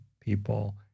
people